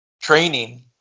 training